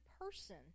person